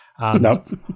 No